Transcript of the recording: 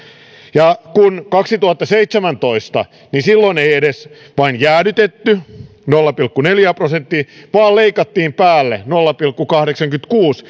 vuonna kaksituhattaseitsemäntoista ei edes vain jäädytetty nolla pilkku neljään prosenttiin vaan leikattiin päälle nolla pilkku kahdeksankymmentäkuusi